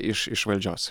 iš iš valdžios